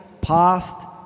past